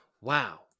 Wow